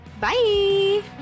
Bye